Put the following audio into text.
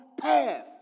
path